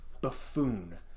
buffoon